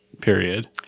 period